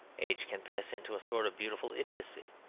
age can pass into a sort of beautiful idiocy.